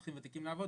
אזרחים ותיקים לעבוד,